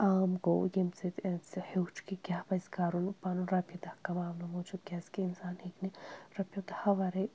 عام گوٚو ییٚمہِ سۭتۍ اَسُہ ہیٚچھ کہِ یاہ پَزِ کَرُن پَنُن رۄپیہِ دَہ کَماونہٕ موٗجوٗب کیٛازِکہِ اِنسان ہیٚکہِ نہٕ رۄپیو دَہو وَرٲے